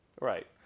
Right